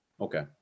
Okay